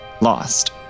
lost